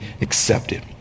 accepted